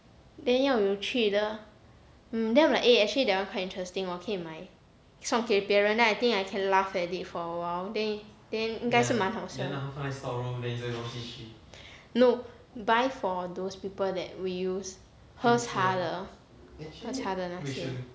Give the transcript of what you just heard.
then 要有趣的 mm then I'm like eh actually that [one] quite interesting 我可以买送给别人 then think I can laugh at it for a while they then 应该是蛮好笑 no buy for those people that will use 喝茶的喝茶的哪些